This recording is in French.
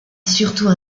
surtout